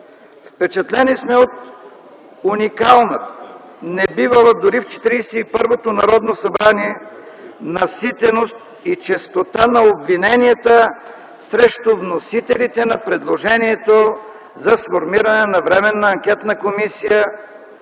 Впечатлени сме от уникалната, небивала дори в Четиридесет и първото Народно събрание наситеност и честота на обвиненията срещу вносителите на предложението за сформиране на временна анкетна комисия,